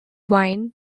wine